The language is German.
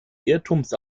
irrtums